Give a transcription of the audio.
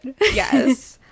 yes